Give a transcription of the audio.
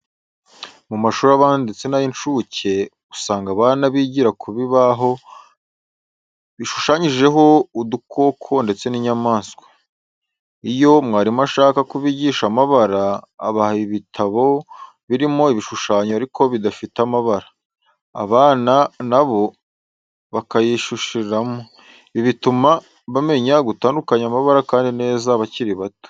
Mu mashuri abanza ndetse nay'incuke, usanga abana bigira kubitabo bishushanyijemo udukoko ndetse n'inyamaswa. Iyo mwarimu ashaka kubigisha amabara, abaha ibitabo birimo ibishushanyo ariko bidafite amabara, abana bo bakayishyiriramo, ibi bituma bamenya gutandukanya amabara kandi neza bakiri bato.